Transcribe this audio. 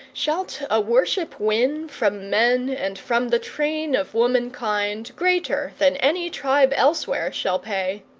shalt a worship win from men and from the train of womankind, greater than any tribe elsewhere shall pay.